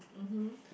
mmhmm